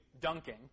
dunking